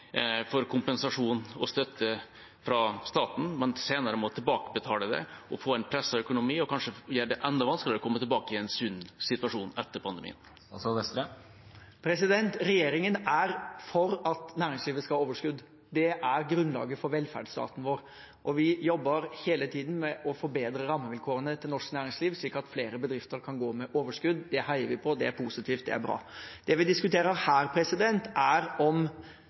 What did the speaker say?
kompensasjon og støtte fra staten, men senere må tilbakebetale det og få en presset økonomi, noe som kanskje kan gjøre det enda vanskeligere å komme tilbake i en sunn situasjon etter pandemien? Regjeringen er for at næringslivet skal ha overskudd. Det er grunnlaget for velferdsstaten vår. Vi jobber hele tiden med å forbedre rammevilkårene til norsk næringsliv slik at flere bedrifter kan gå med overskudd. Det heier vi på, det er positivt, det er bra. Det vi diskuterer her, er om